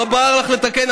לא בער לך לתקן?